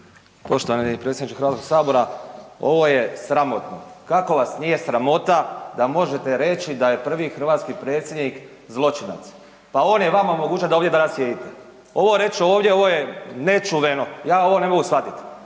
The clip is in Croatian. Poštovani predsjedniče Hrvatskog sabora. Ovo je sramotno, kako vas nije sramota da možete reći da je prvi hrvatski predsjednik zločinac, pa on je vama omogućio da ovdje danas sjedite. Ovo reći ovdje, ovo je nečuveno. Ja ovo ne mogu shvatiti.